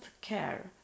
care